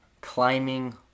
climbing